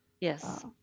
yes